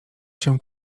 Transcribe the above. się